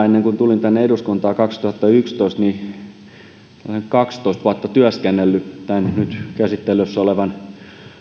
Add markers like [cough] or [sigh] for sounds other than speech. [unintelligible] ennen kuin tulin tänne eduskuntaan kaksituhattayksitoista olen aikanaan tällaiset kaksitoista vuotta työskennellyt tämän nyt käsittelyssä olevan